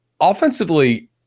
offensively